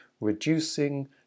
reducing